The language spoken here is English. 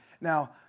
Now